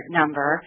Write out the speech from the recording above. number